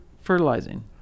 fertilizing